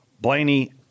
Blaney